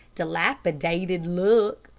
dilapidated look.